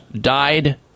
died